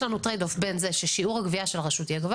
יש לנו trade off בין זה ששיעור הגבייה של הרשות יהיה גבוה